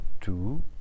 two